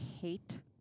Hate